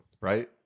right